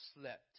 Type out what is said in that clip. slept